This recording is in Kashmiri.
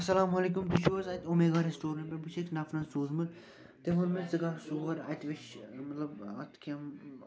اَسلامُ علیکُم تُہۍ چھُو حظ اَتہِ اُمیگا رٮ۪سٹورنٹ پٮ۪ٹھ بہٕ چھُس أکۍ نفرَن سوٗزمُت تٔمۍ ووٚن مےٚ ژٕ گژھ اور اَتہِ وُچھ مطب اَتھ کیٚنہہ